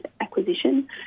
acquisition